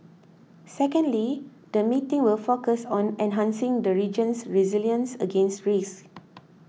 secondly the meetings will focus on enhancing the region's resilience against risks